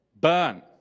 burn